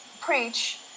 preach